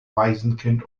waisenkind